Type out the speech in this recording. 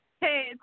Hey